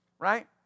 Right